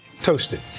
Toasted